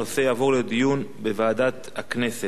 הנושא יועבר לדיון בוועדת הכנסת.